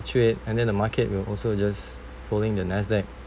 fluctuate and then the market will also just following the NASDAQ